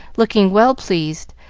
looking well pleased,